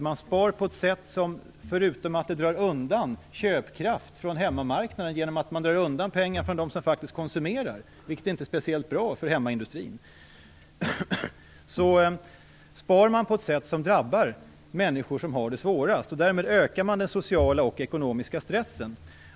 Man sparar på ett sådant sätt att man, förutom att köpkraft dras undan från hemmamarknaden genom att pengar dras undan från dem som faktiskt konsumerar - vilket inte är speciellt bra för hemmaindustrin - drabbar människor som har det svårast. Därmed ökar den sociala och ekonomiska stressen.